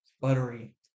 buttery